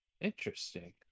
interesting